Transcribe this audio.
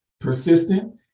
persistent